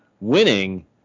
winning